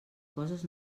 coses